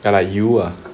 like you ah